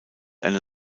eine